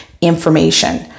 information